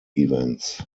events